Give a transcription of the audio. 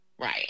Right